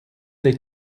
they